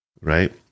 Right